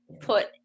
put